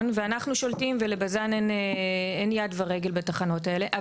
ואנחנו שולטים ולבז"ן אין יד ורגל בתחנות האלה,